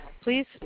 please